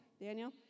Daniel